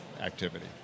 activity